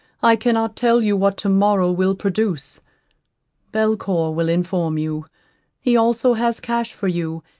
i cannot tell you what to-morrow will produce belcour will inform you he also has cash for you,